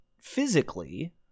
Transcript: physically